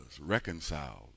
reconciled